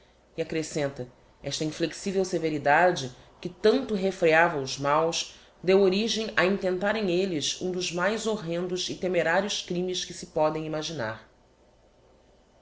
e acrescenta esta inflexivel severidade que tanto refreava os maus deu origem a intentarem elles um dos mais horrendos e temerarios crimes que se podem imaginar